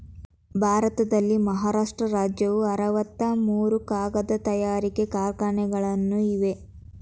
ಭಾರತದಲ್ಲಿ ಮಹಾರಾಷ್ಟ್ರ ರಾಜ್ಯವು ಅರವತ್ತ ಮೂರು ಕಾಗದ ತಯಾರಿಕಾ ಕಾರ್ಖಾನೆಗಳನ್ನು ಇವೆ